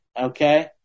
okay